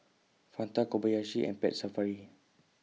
Fanta Kobayashi and Pet Safari